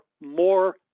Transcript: more